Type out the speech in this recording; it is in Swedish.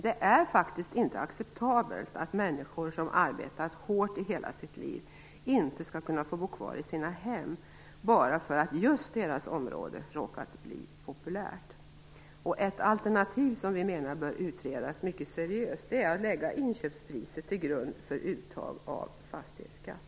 Det är faktiskt inte acceptabelt att människor som har arbetat hårt i hela sitt liv inte skall kunna bo kvar i sina hemma bara för att just deras område har råkat bli populärt. Ett alternativ som vi menar bör utredas mycket seriöst är att lägga inköpspriset till grund för uttag av fastighetsskatt.